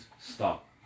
stop